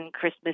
Christmas